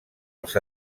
els